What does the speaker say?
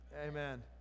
Amen